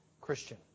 Christian